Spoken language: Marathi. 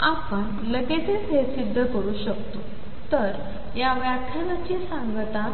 आपण लगेचच हे सिद्ध करू शकतो तर या व्याख्यानाची सांगता